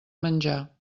menjar